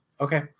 Okay